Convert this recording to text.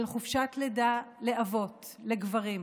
של חופשת לידה לאבות, לגברים.